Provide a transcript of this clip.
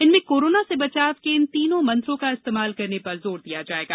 इनमें कोरोना से बचाव के इन तीनों मंत्रों का इस्तेमाल करने पर जोर दिया जायेगा